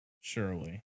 Surely